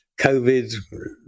covid